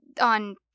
on